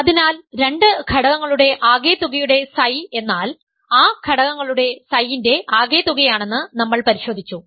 അതിനാൽ രണ്ട് ഘടകങ്ങളുടെ ആകെത്തുകയുടെ Ψ എന്നാൽ ആ ഘടകങ്ങളുടെ Ψ ൻറെ ആകെത്തുകയാണെന്ന് നമ്മൾ പരിശോധിച്ചു